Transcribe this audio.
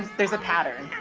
there's a pattern.